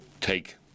take